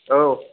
औ